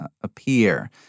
appear